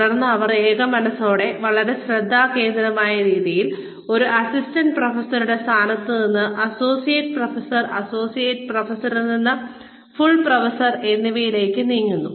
തുടർന്ന് അവർ ഏകമനസ്സോടെ വളരെ ശ്രദ്ധാകേന്ദ്രമായ രീതിയിൽ ഒരു അസിസ്റ്റന്റ് പ്രൊഫസറുടെ സ്ഥാനത്ത് നിന്ന് അസോസിയേറ്റ് പ്രൊഫസർ അസോസിയേറ്റ് പ്രൊഫസറിൽ നിന്ന് ഫുൾ പ്രൊഫസർ എന്നിവയിലേക്ക് നീങ്ങുന്നു